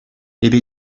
эпӗ